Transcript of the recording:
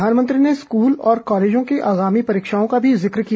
प्रधानमंत्री ने स्कूल और कॉलेजों की आगामी परीक्षाओं का भी जिक्र किया